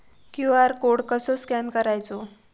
QR code कसो scan करायचो?